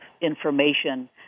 information